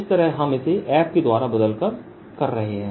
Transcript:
इस तरह हम इसे f के द्वारा बदलकर कर रहे हैं